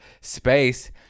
space